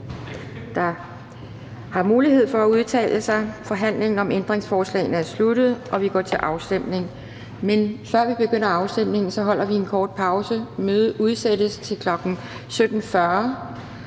der har mulighed for at udtale sig. Forhandlingen om ændringsforslagene er sluttet, og vi går til afstemning. Men før vi begynder afstemningen, holder vi en kort pause. Mødet udsættes til klokken 17:40.